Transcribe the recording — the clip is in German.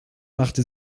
machte